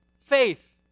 Faith